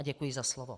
A děkuji za slovo.